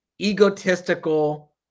egotistical